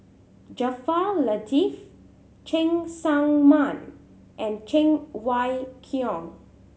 Jaafar Latiff Cheng Tsang Man and Cheng Wai Keung